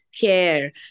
care